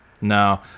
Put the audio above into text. No